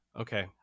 Okay